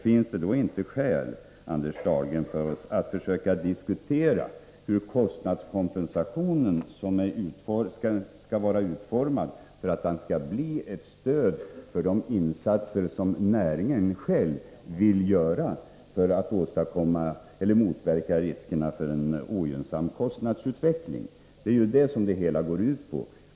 Finns det då inte skäl för oss, Anders Dahlgren, att försöka diskutera hur kostnadskompensationen skall vara utformad för att den skall bli ett stöd för de insatser som näringen själv vill göra för att motverka riskerna för en ogynnsam kostnadsutveckling? Det är ju vad det hela går ut på.